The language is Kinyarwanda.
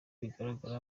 bigaragara